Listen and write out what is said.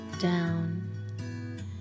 down